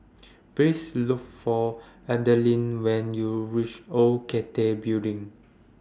Please Look For Adalynn when YOU REACH Old Cathay Building